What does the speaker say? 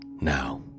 Now